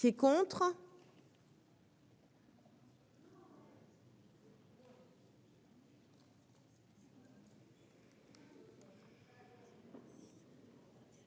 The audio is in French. C'est contre.